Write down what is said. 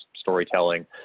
storytelling